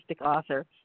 author